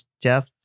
Jeff